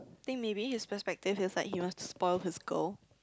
think maybe his perspective is like he wants to spoil his girl